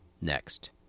Next